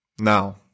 now